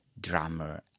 drummer